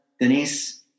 Denise